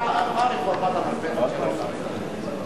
איפה רפורמת המרפסת של ראש הממשלה?